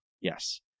yes